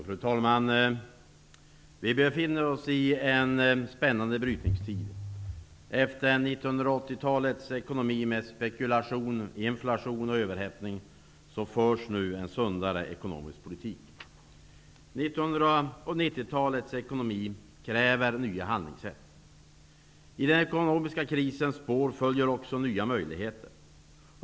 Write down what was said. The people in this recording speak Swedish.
Fru talman! Vi befinner oss i en spännande brytningstid. Efter 1980-talets ekonomi med spekulation, inflation och överhettning förs nu en sundare ekonomisk politik. 1990-talets ekonomi kräver nya handlingssätt. I den ekonomiska krisens spår följer också nya möjligheter.